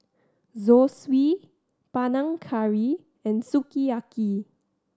Zosui Panang Curry and Sukiyaki